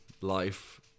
life